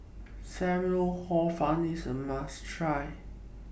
SAM Lau Hor Fun IS A must Try